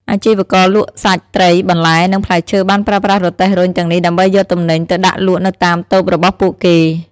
អាជីវករលក់សាច់ ត្រី បន្លែ និងផ្លែឈើបានប្រើប្រាស់រទេះរុញទាំងនេះដើម្បីយកទំនិញទៅដាក់លក់នៅតាមតូបរបស់ពួកគេ។